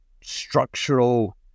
structural